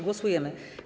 Głosujemy.